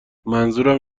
منظورم